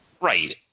Right